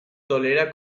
tolera